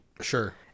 Sure